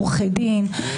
עורכי דין,